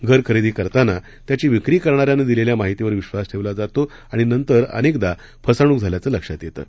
घर खरेदी करताना त्याची विक्री करणाऱ्यानं दिलेल्या माहितीवर विश्वास ठेवला जातो आणि नंतर अनेकदा फसवणूक झाल्याचं लक्षात येतं